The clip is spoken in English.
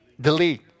delete